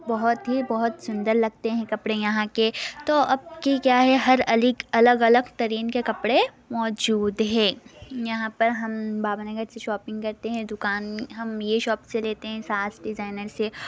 بہت ہی بہت سندر لگتے ہیں کپڑے یہاں کے تو اب کہ کیا ہے ہر الگ الگ الگ ترین کے کپڑے موجود ہے یہاں پر ہم باوا نگر سے شاپنگ کرتے ہیں دوکان ہم یہ شو پس سے لیتے ہیں ساس ڈیزائنر سے